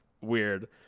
weird